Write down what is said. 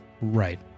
Right